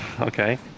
okay